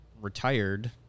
Retired